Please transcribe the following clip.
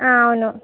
అవును